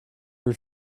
her